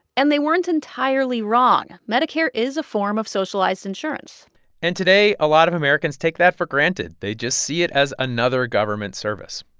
and they weren't entirely wrong. medicare is a form of socialized insurance and today, a lot of americans take that for granted. they just see it as another government service.